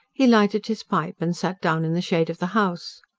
he lighted his pipe and sat down in the shade of the house.